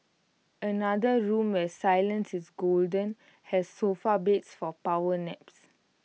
another room where silence is golden has sofa beds for power naps